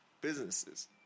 businesses